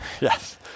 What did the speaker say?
Yes